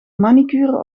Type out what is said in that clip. manicure